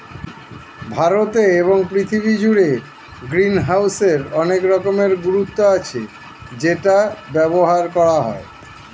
ভারতে এবং পৃথিবী জুড়ে গ্রিনহাউসের অনেক রকমের গুরুত্ব আছে যেটা ব্যবহার করা হয়